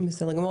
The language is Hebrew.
בסדר גמור,